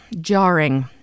Jarring